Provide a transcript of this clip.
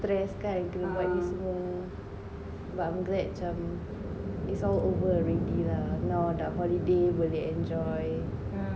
stress kan kena buat ni semua but I'm glad macam its all over already lah now dah holiday boleh enjoy